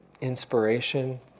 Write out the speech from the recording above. inspiration